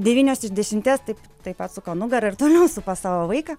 devynios iš dešimties taip taip atsuka nugarą ir toliau supa savo vaiką